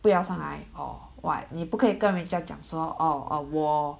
不要上来 or what 你不可以跟人家讲说哦 err 我